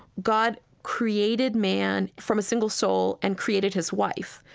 god created man from a single soul and created his wife,